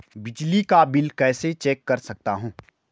बिजली का बिल कैसे चेक कर सकता हूँ?